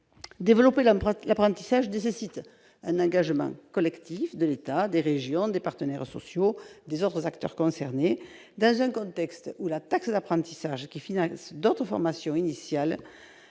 Développer l'apprentissage nécessite un engagement collectif de l'État, des régions, des partenaires sociaux et des autres acteurs concernés, dans un contexte où la taxe d'apprentissage, qui finance d'autres formations initiales,